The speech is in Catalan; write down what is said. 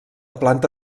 planta